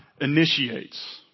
initiates